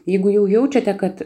jeigu jau jaučiate kad